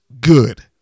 good